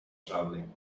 travelling